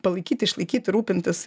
palaikyt išlaikyt rūpintis